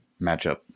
matchup